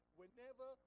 whenever